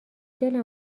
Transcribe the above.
دلم